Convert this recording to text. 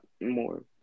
more